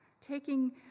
taking